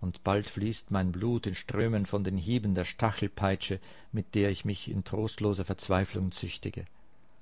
und bald fließt mein blut in strömen von den hieben der stachelpeitsche mit der ich mich in trostloser verzweiflung züchtige